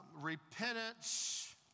repentance